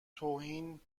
توهین